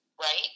right